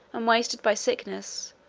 um wasted by sickness,